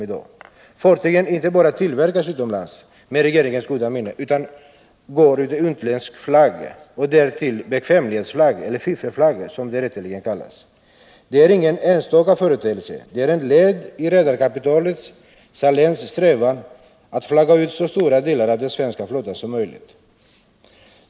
Vad det här handlar om är att dessa fartyg inte bara tillverkas utomlands, utan med regeringens goda minne skall de också gå under utländsk flagg. Därtill kommer att det rör sig om bekvämlighetsflagg — eller fiffelflagg, som det rätteligen kallas. Detta är ingen enstaka företeelse, utan det är ett led i redarkapitalets—i det här fallet Saléns — strävan att flagga ut så stora delar av den svenska flottan som möjligt.